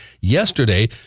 yesterday